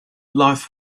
life